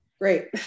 Great